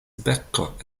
beko